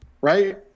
right